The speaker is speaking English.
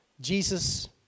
Jesus